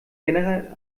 generell